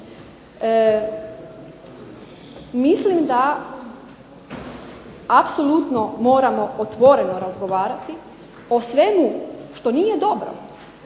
Mislim da apsolutno moramo otvoreno razgovarati o svemu što nije dobro,